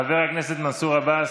חבר הכנסת מנסור עבאס,